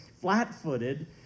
flat-footed